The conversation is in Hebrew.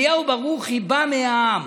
אליהו ברוכי בא מהעם,